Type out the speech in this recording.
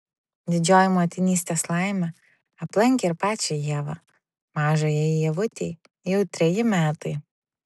didžioji motinystės laimė aplankė ir pačią ievą mažajai ievutei jau treji metai